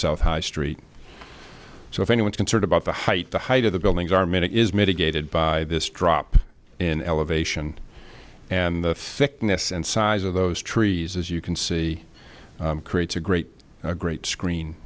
south high street so if anyone's concerned about the height the height of the buildings are made it is mitigated by this drop in elevation and the thickness and size of those trees as you can see creates a great great screen